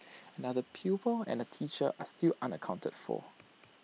another pupil and A teacher are still unaccounted for